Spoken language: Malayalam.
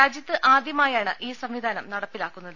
രാജ്യത്ത് ആദ്യമായാണ് ഈ സംവിധാനം നടപ്പിലാക്കുന്നത്